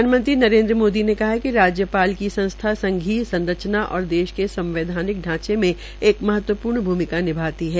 प्रधानमंत्री नरेन्द्र मोदी ने कहा है कि राज्यपाल की संस्था संघीय संरचना और देश के संवैधानिक ढांचे में एक महत्वपूर्ण निभाती है